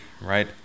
right